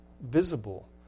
visible